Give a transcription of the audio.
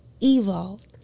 evolved